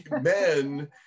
men